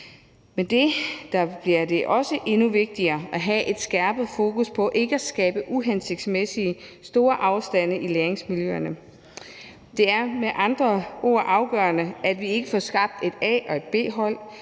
Med det bliver det også endnu vigtigere at have et skærpet fokus på ikke at skabe uhensigtsmæssige, store afstande i læringsmiljøerne. Det er med andre ord afgørende, at vi ikke får skabt et A- og et B-hold,